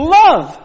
love